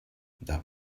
that